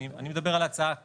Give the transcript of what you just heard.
אני מדבר על ההצעה כרגע.